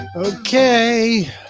Okay